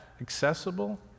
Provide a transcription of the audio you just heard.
accessible